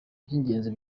by’ingenzi